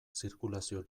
zirkulazioa